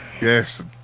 Yes